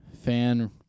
fan